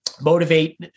motivate